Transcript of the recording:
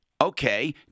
Okay